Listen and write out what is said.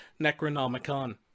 Necronomicon